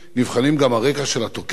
נבחנים גם הרקע של התוקף